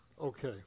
Okay